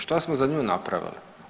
Što smo za nju napravili?